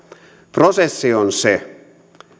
prosessi on se